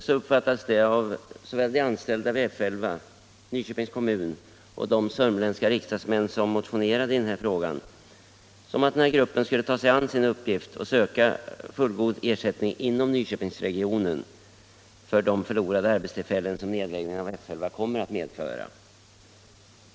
Då uppfattades detta av såväl de anställda vid F 11 som = problemen vid Nyköpings kommun och de sörmländska riksdagsledamöter som mo = nedläggning av F 11 tionerade i frågan som att denna grupp skulle ta sig an uppgiften att i Nyköping söka fullgod ersättning inom Nyköpingsregionen för de förlorade arbetstillfällen som nedläggningen av F 11 kommer att medföra.